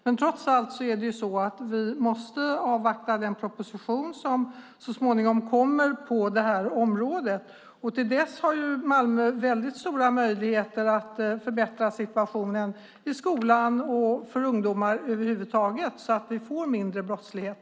Men vi måste trots allt avvakta den proposition som så småningom kommer på området. Till dess har Malmö väldigt stora möjligheter att förbättra situationen i skolan och över huvud taget så att vi får mindre brottslighet.